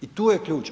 I tu je ključ.